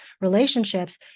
relationships